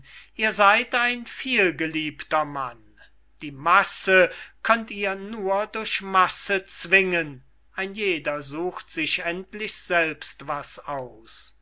ihr seyd ein vielgeliebter mann die masse könnt ihr nur durch masse zwingen ein jeder sucht sich endlich selbst was aus